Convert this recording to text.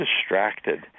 distracted